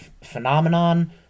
phenomenon